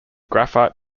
graphite